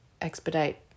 expedite